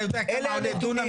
אתה יודע כמה עולה דונם בעראבה?